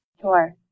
Sure